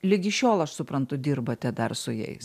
ligi šiol aš suprantu dirbate dar su jais